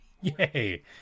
Yay